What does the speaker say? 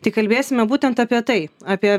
tai kalbėsime būtent apie tai apie